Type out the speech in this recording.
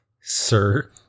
sir